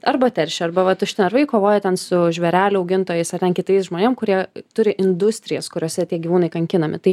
arba teršia arba va tušti narvai kovoja ten su žvėrelių augintojais ar ten kitais žmonėm kurie turi industrijas kuriose tie gyvūnai kankinami tai